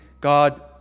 God